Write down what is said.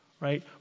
right